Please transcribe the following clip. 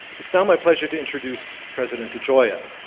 it's now my pleasure to introduce president degioia.